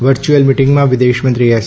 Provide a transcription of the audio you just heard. વર્યુઅલ મીટિંગમાં વિદેશ મંત્રી એસ